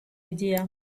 idea